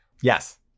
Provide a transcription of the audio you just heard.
Yes